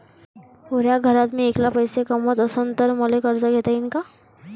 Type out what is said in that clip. पुऱ्या घरात मी ऐकला पैसे कमवत असन तर मले कर्ज घेता येईन का?